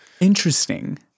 Interesting